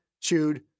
chewed